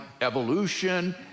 evolution